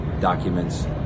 documents